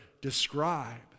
describe